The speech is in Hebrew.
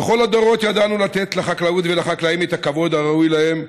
בכל הדורות ידענו לתת לחקלאות ולחקלאים את הכבוד הראוי להם,